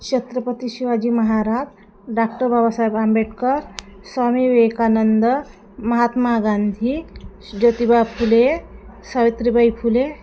Chhatrapati Shivaji Maharaj doctor Babasaheb Ambedkar Swami Vivekananda Mahatma Gandhi Jyotiba Phule Savitribai Phule